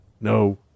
no